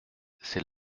c’est